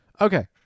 okay